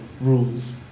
rules